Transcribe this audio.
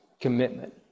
commitment